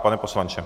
Pane poslanče?